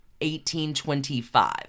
1825